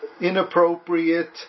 inappropriate